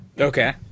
Okay